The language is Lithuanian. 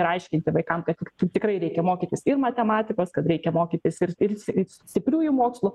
ir aiškinti vaikam kad tikrai reikia mokytis ir matematikos kad reikia mokytis ir si si stipriųjų mokslų